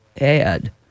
add